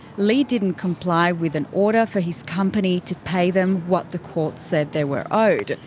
leigh didn't comply with an order for his company to pay them what the court said they were owed.